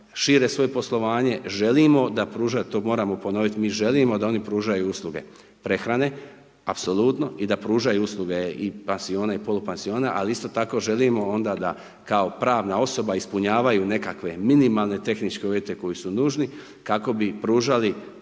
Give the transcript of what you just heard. šire svoje poslovanje, želimo da pruža, to moramo ponovit, mi želimo da oni pružaju usluge prehrane, apsolutno i da pružaju usluge i pansiona i polupansiona, ali isto tako želimo onda da kao pravna osoba ispunjavaju nekakve minimalne tehničke uvjete koji su nužni kako bi pružali